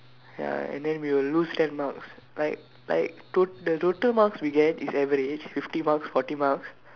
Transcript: ya and then we will lose ten marks like like to~ the total marks we get is average fifty marks forty marks